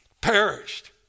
perished